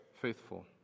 faithful